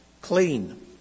clean